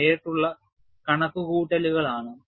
ഇത് നേരിട്ടുള്ള കണക്കുകൂട്ടലാണ്